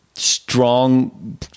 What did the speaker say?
strong